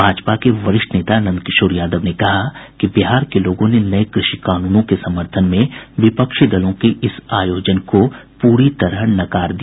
भाजपा के वरिष्ठ नेता नंदकिशोर यादव ने कहा कि बिहार के लोगों ने नये कृषि कानूनों के समर्थन में विपक्षी दलों के इस आयोजन को पूरी तरह नकार दिया